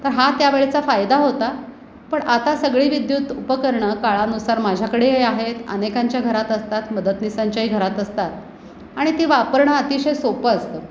तर हा त्या वेळचा फायदा होता पण आता सगळी विद्युत उपकरणं काळानुसार माझ्याकडेही आहेत अनेकांच्या घरात असतात मदतनिसांच्याही घरात असतात आणि ती वापरणं अतिशय सोपं असतं